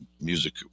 music